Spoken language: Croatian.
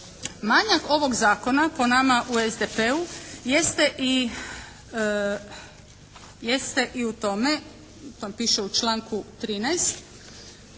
Manjak ovog zakona po nama u SDP-u jeste i u tome, to vam piše u članku 13.,